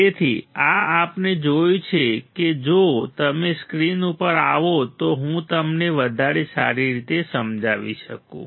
તેથી આ આપણે જોયું છે જો તમે સ્ક્રીન ઉપર આવો તો હું તમને વધારે સારી રીતે સમજાવી શકું છું